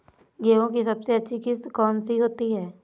गेहूँ की सबसे अच्छी किश्त कौन सी होती है?